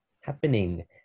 happening